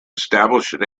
established